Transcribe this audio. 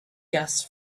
gas